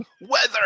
weather